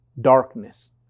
darkness